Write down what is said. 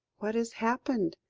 what has happened?